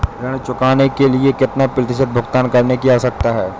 ऋण चुकाने के लिए कितना प्रतिशत भुगतान करने की आवश्यकता है?